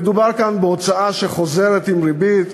מדובר בהוצאה שחוזרת עם ריבית,